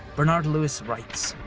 bernard lewis writes,